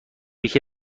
یکی